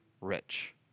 rich